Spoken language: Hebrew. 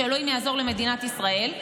שאלוהים יעזור למדינת ישראל.